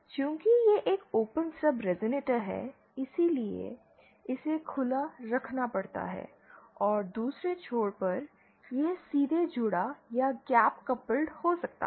चूंकि यह एक ओपन स्टब रेज़ोनेटर है इसलिए इसे खुला रखना पड़ता है और दूसरे छोर पर यह सीधे जुड़ा या गैप कपल्ड हो सकता है